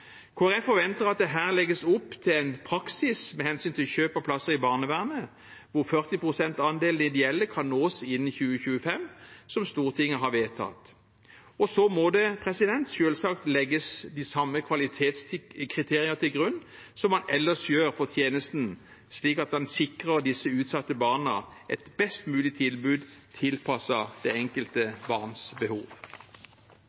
Folkeparti forventer at det her legges opp til en praksis med hensyn til kjøp av plasser i barnevernet der en 40 pst. andel ideelle kan nås innen 2025, slik Stortinget har vedtatt. Og så må selvsagt de samme kvalitetskriteriene legges til grunn som man ellers gjør for tjenesten, slik at man sikrer disse utsatte barna et best mulig tilbud tilpasset det enkelte